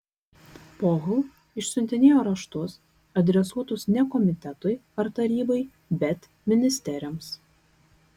pohl išsiuntinėjo raštus adresuotus ne komitetui ar tarybai bet ministeriams